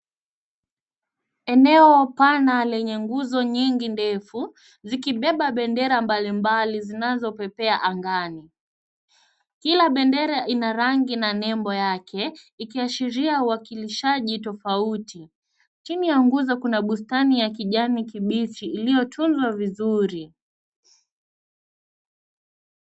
Eneo pana lenye nguzo nyingi ndefu zikibeba bendera mbalimbali zinazopepea angani. Kila bendera ina rangi na nebo yake ikiashiria uakilishaji tofauti. Chini ya nguzo kuna bustani ya kijani kibichi iliyotuzwa vizuri.